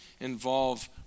involve